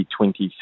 2023